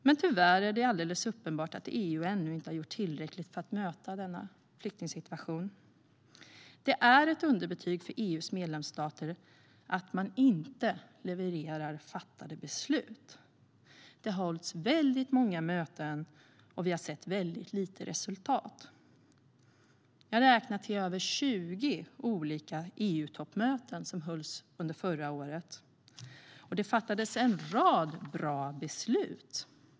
Men det är tyvärr uppenbart att EU ännu inte har gjort tillräckligt för att möta denna flyktingsituation. Det är ett underbetyg för EU:s medlemsstater att man inte levererar utifrån fattade beslut. Det har hållits väldigt många möten, och vi har sett väldigt lite resultat. Jag har räknat till att det hölls över 20 olika EU-toppmöten under förra året. Och det fattades en rad bra beslut.